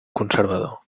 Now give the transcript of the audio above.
conservador